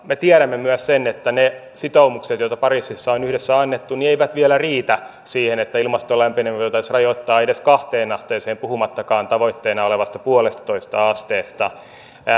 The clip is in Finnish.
me tiedämme myös sen että ne sitoumukset joita pariisissa on yhdessä annettu eivät vielä riitä siihen että ilmaston lämpeneminen voitaisiin rajoittaa edes kahteen asteeseen puhumattakaan tavoitteena olevasta yhdestä pilkku viidestä asteesta